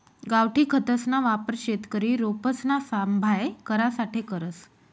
गावठी खतसना वापर शेतकरी रोपसना सांभाय करासाठे करस